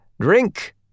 drink